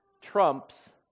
trumps